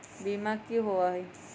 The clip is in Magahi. बीमा की होअ हई?